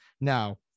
Now